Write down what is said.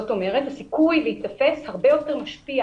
זאת אומרת, הסיכוי להיתפס הרבה יותר משפיע